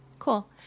Cool